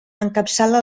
encapçala